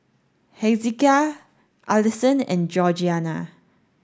Hezekiah Alyson and Georgianna